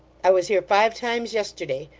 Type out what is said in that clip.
i was here five times yesterday.